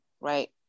right